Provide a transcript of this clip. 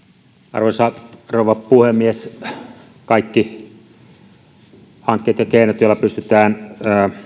arvoisa rouva puhemies kaikki hankkeet ja keinot joilla pystytään